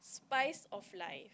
spice of life